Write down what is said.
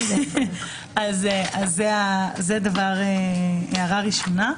זאת ההערה הראשונה.